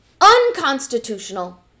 unconstitutional